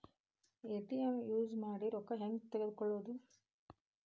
ATM use ಮಾಡಿ ರೊಕ್ಕ ಹೆಂಗೆ ತಕ್ಕೊಳೋದು?